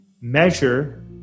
Measure